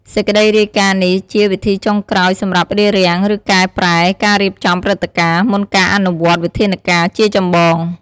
សេចក្តីរាយការណ៍នេះជាវិធីចុងក្រោយសម្រាប់រារាំង ឬកែប្រែការរៀបចំព្រឹត្តិការណ៍ មុនការអនុវត្តវិធានការជាចម្បង។